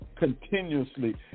Continuously